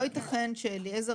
לא יתכן שאליעזר,